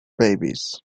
babies